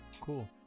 cool